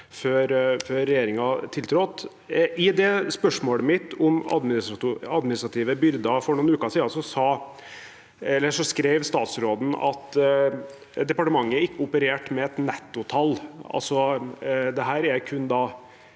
før regjeringen tiltrådte. På spørsmålet mitt om administrative byrder for noen uker siden svarte statsråden at departementet ikke opererer med et nettotall, dette er kun